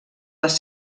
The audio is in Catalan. les